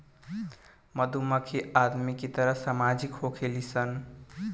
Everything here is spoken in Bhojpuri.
मधुमक्खी आदमी के तरह सामाजिक होखेली सन